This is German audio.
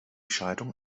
scheidung